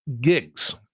gigs